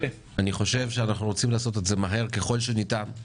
אנחנו רוצים לעשות את זה מהר ככל הניתן.